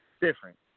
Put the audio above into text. different